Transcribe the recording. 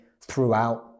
throughout